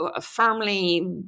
firmly